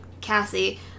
Cassie